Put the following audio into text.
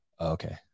Okay